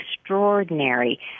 extraordinary